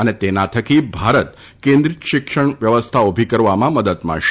અને તેના થકી ભારત કેન્દ્રિત શિક્ષણ વ્યવસ્થા ઉભી કરવામાં મદદ મળશે